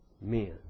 men